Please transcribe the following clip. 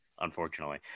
unfortunately